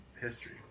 history